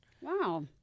Wow